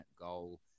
goal